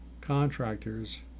contractors